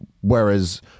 Whereas